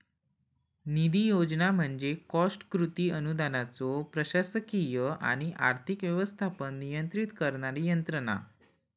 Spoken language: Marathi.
निधी योजना म्हणजे कॉस्ट कृती अनुदानाचो प्रशासकीय आणि आर्थिक व्यवस्थापन नियंत्रित करणारी यंत्रणा